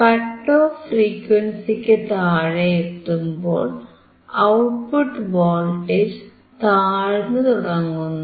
cut off ഫ്രീക്വൻസിക്കു താഴെ എത്തുമ്പോൾ ഔട്ട്പുട്ട് വോൾട്ടേജ് താഴ്ന്നുതുടങ്ങുന്നു